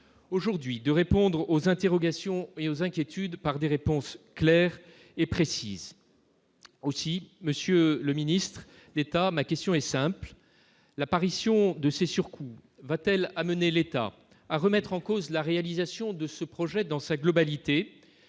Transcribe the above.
aujourd'hui de répondre aux interrogations et aux inquiétudes par des réponses claires et précises, aussi Monsieur le Ministre d'État, ma question est simple : l'apparition de ces surcoûts va-t-elle amener l'État à remettre en cause la réalisation de ce projet dans sa globalité à